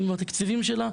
עם התקציבים שלה,